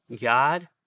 God